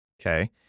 Okay